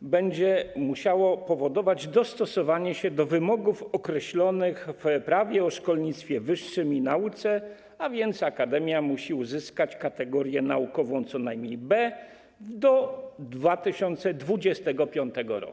będzie musiało powodować dostosowanie się jej do wymogów określonych w Prawie o szkolnictwie wyższym i nauce, a więc akademia musi uzyskać kategorię naukową co najmniej B do 2025 r.